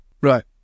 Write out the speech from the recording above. right